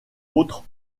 autres